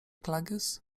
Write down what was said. klages